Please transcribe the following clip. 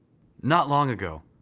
not long ago,